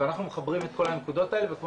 ואנחנו מחברים את כל הנקודות האלה וכמו